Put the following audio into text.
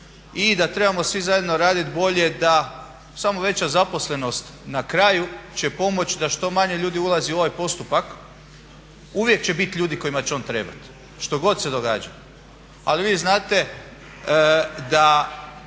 i da trebamo svi zajedno radit bolje, da samo veća zaposlenost na kraju će pomoć da što manje ljudi ulazi u ovaj postupak. Uvijek će bit ljudi kojima će on trebat, što god se događa. Ali vi znate da